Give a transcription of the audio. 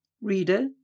Reader